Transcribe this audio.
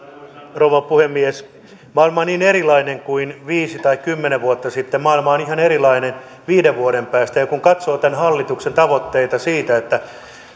rouva puhemies maailma on niin erilainen kuin viisi tai kymmenen vuotta sitten maailma on ihan erilainen viiden vuoden päästä kun katsoo tämän hallituksen tavoitteita siitä että